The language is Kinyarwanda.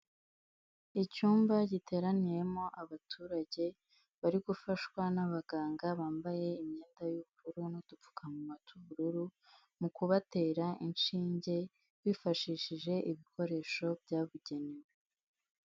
Icyumba giteraniyemo abaturage, bari gufashwa n'abaganga bambaye imyenda y'ubururu n'udupfukamuma tw'ubururu, mu kubatera inshinge, bifashishije ibikoresho byabugenewe.